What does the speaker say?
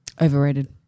Overrated